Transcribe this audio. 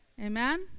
Amen